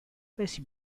paesi